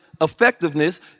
effectiveness